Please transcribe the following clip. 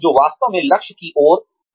जो वास्तव में लक्ष्य की ओर है